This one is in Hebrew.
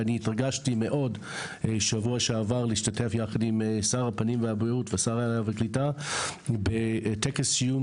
התרגשתי מאוד שבוע שעבר להשתתף יחד עם שר הבריאות ושר הקליטה בטקס סיום